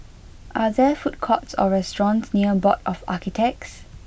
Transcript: are there food courts or restaurants near Board of Architects